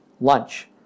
lunch